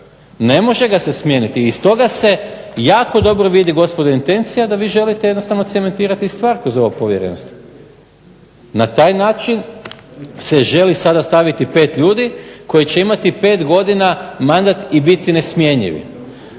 ne može ga se smijeniti. Iz toga se jako dobro vidi gospodo intencija da vi želite jednostavno cementirati stvar kroz ovo povjerenstvo. Na taj način se želi sada staviti pet ljudi koji će imati pet godina mandat i biti nesmjenjivi.